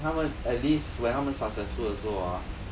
他们 at least when 他们 successful 的时候哦